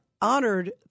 honored